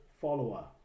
follower